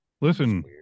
Listen